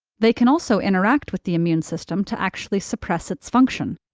they can also interact with the immune system to actually suppress its function,